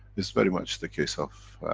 is very much the case of.